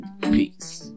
Peace